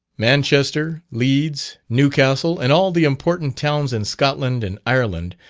manchester, leeds, newcastle, and all the important towns in scotland and ireland,